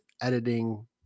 editing